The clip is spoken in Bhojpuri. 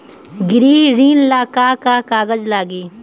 गृह ऋण ला का का कागज लागी?